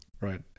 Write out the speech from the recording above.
right